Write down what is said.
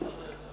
הכי טוב היה שם.